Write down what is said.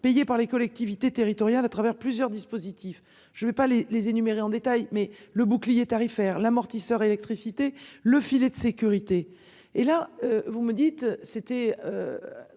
payés par les collectivités territoriales à travers plusieurs dispositifs. Je ne vais pas les les énumérer en détail mais le bouclier tarifaire, l'amortisseur électricité le filet de sécurité. Et là vous me dites c'était.